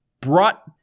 brought